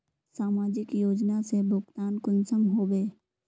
समाजिक योजना से भुगतान कुंसम होबे?